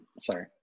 sorry